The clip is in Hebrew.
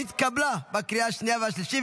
התקבלה בקריאה השנייה והשלישית,